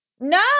No